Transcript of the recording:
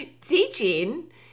Teaching